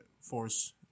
force